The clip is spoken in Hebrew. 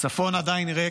הצפון עדיין ריק.